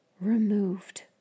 removed